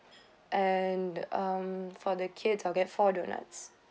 and um for the kids I'll get four doughnuts